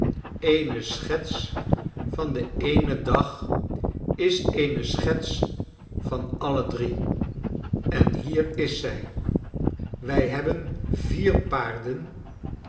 eene schets van den eenen dag is eene schets van alle drie en hier is zij wij hebben vier paarden